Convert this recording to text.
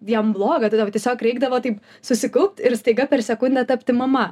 jam bloga tada tiesiog reikdavo taip susikaupt ir staiga per sekundę tapti mama